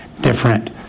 different